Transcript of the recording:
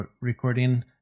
recording